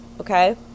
okay